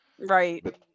Right